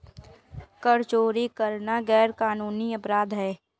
कर चोरी करना गैरकानूनी अपराध है